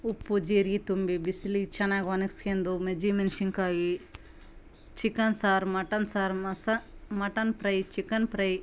ಉಪ್ಪು ಜೀರ್ಗೆ ತುಂಬಿ ಬಿಸ್ಲಿಗೆ ಚೆನ್ನಾಗಿ ಒಣಸ್ಕ್ಯೆಂದು ಮಜ್ಜಿಗೆ ಮೆಣ್ಸಿನ್ಕಾಯಿ ಚಿಕನ್ ಸಾರು ಮಟನ್ ಸಾರು ಮಸ ಮಟನ್ ಪ್ರೈ ಚಿಕನ್ ಪ್ರೈ